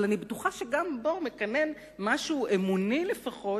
אבל אני בטוחה שגם בו מקנן משהו אמוני, לפחות,